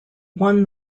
won